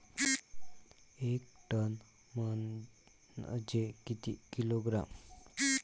एक टन म्हनजे किती किलोग्रॅम?